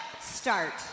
start